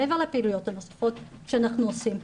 מעבר לפעילויות הנוספות שאנחנו עושים.